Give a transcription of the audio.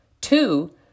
two